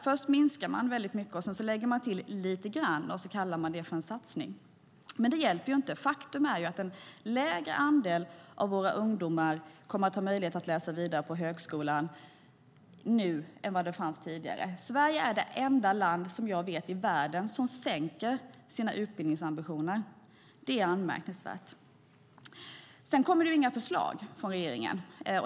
Först minskar man väldigt mycket och lägger sedan till lite grann och kallar det för en satsning. Men det hjälper ju inte. Faktum är att en lägre andel av våra ungdomar kommer att ha möjlighet att läsa vidare på högskolan nu än tidigare. Sverige är det enda land som jag vet i världen som sänker sina utbildningsambitioner. Det är anmärkningsvärt. Sedan kommer det inga förslag från regeringen.